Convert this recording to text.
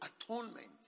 atonement